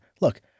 Look